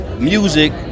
music